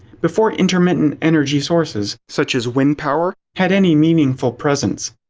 before intermittent energy sources, such as wind power, had any meaningful presence.